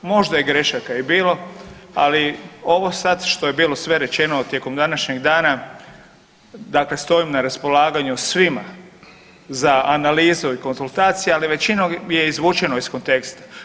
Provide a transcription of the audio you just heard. Možda je grešaka i bilo, ali ovo sad što je bilo sve rečeno tijekom današnjeg dana dakle stojim na raspolaganju svima za analizu i konzultacije, ali većinom je izvučeno iz konteksta.